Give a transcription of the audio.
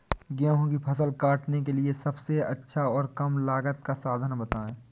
गेहूँ की फसल काटने के लिए सबसे अच्छा और कम लागत का साधन बताएं?